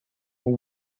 who